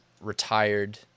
retired